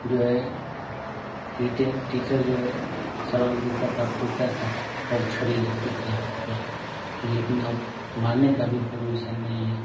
जो है ट्वीट्यर टीचर जो है सवाल देता था पूछता था और छड़ी लगती थी हाथ पे लेकिन अब मारने का भी परमीसन नहीं है